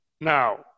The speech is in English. now